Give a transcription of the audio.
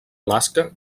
alaska